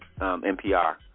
NPR